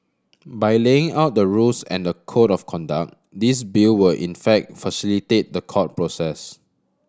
by laying out the rules and the code of conduct this Bill will in fact facilitate the court process